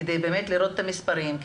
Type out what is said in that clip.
כדי לראות את המספרים,